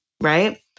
right